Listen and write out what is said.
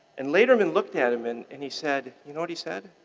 and lederman looked at him and and he said you know what he said?